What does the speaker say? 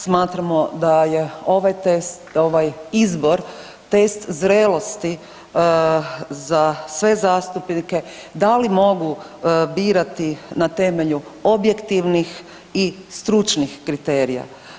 Smatramo da je ovaj test, da ovaj izbor test zrelosti za sve zastupnike da li mogu birati na temelju objektivnih i stručnih kriterija.